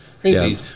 Crazy